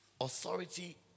Authority